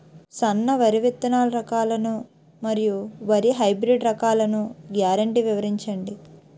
సన్న వరి విత్తనాలు రకాలను మరియు వరి హైబ్రిడ్ రకాలను గ్యారంటీ వివరించండి?